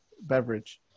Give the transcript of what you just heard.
beverage